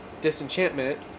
disenchantment